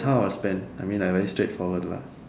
how I spend I mean like very straight forward lah